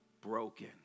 broken